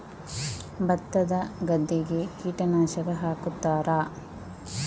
ಭತ್ತದ ಗದ್ದೆಗೆ ಕೀಟನಾಶಕ ಹಾಕುತ್ತಾರಾ?